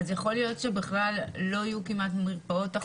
יכול להיות שבכלל לא יהיו מרפאות אחודות נגישות?